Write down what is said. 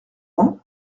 laurent